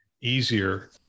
easier